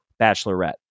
Bachelorette